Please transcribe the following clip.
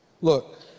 Look